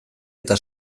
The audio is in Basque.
eta